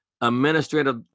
Administrative